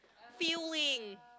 feeling